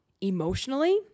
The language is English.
emotionally